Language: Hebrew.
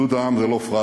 אחדות העם זה לא פראזה,